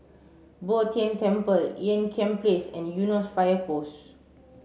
Bo Tien Temple Ean Kiam Place and Eunos Fire Post